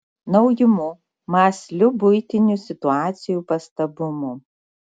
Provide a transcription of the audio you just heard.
naujumu mąsliu buitinių situacijų pastabumu